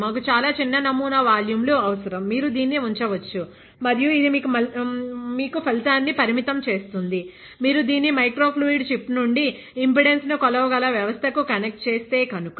మాకు చాలా చిన్న నమూనా వాల్యూమ్ లు అవసరం మీరు దీన్ని ఉంచవచ్చు మరియు ఇది మీకు ఫలితాన్ని పరిమితం చేస్తుంది మీరు దీన్ని మైక్రో ఫ్లూయిడ్ చిప్ నుండి ఇంపెడెన్స్ను కొలవగల వ్యవస్థ కు కనెక్ట్ చేస్తే కనుక